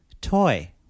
Toy